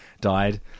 died